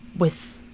with,